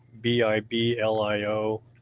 B-I-B-L-I-O